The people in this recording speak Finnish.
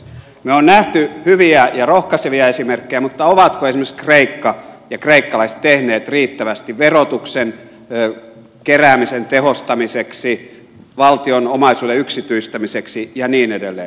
me olemme nähneet hyviä ja rohkaisevia esimerkkejä mutta ovatko esimerkiksi kreikka ja kreikkalaiset tehneet riittävästi verotuksen keräämisen tehostamiseksi valtion omaisuuden yksityistämiseksi ja niin edelleen